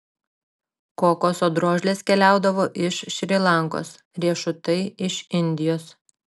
kokoso drožlės keliaudavo iš šri lankos riešutai iš indijos